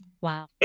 wow